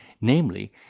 namely